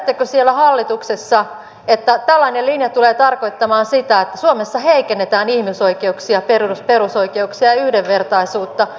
tiedättekö siellä hallituksessa että tällainen linja tulee tarkoittamaan sitä että suomessa heikennetään ihmisoikeuksia perusoikeuksia ja yhdenvertaisuutta muun muassa sitä miten suomi on